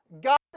God